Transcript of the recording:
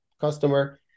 customer